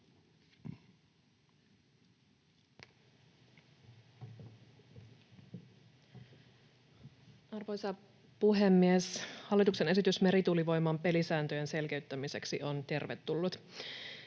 Arvoisa puhemies! Hallituksen esitys merituulivoiman pelisääntöjen selkeyttämiseksi on tervetullut.